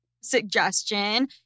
suggestion